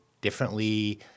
differently